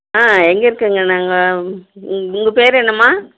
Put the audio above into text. ஆ எங்கே இருக்கிறீங்க நாங்கள் உங் உங்கள் பேர் என்னம்மா